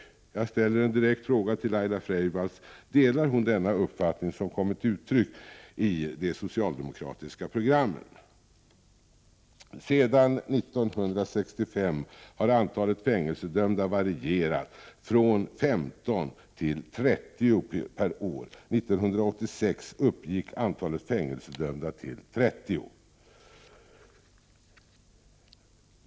Jag ställer ytterligare en direkt fråga till Laila Freivalds: Delar hon denna uppfattning som kommit till uttryck i de socialdemokratiska programmen? Sedan 1965 har antalet fängelsedömda ungdomar varierat från 15 till 30 per år. 1986 uppgick antalet fängelsedömda ungdomar till 30.